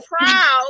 proud